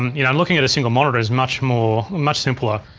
um you know looking at a single monitor is much more, much simpler,